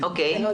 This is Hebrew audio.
אוקיי.